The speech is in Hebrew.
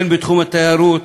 הן בתחום התיירות,